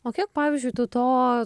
o kiek pavyzdžiui tu to